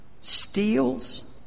steals